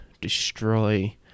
destroy